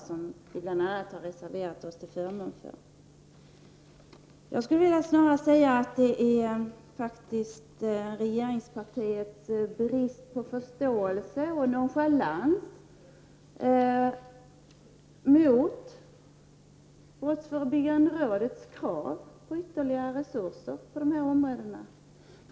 Jag skulle snarare vilja säga att det är regeringspartiet som brister i förståelse och visar nonchalans gentemot brottsförebyggande rådets krav på ytterligare resurser på dessa områden.